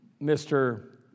Mr